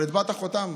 אבל הטבעת חותם.